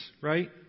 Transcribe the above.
right